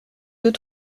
deux